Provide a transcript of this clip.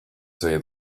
say